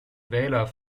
wähler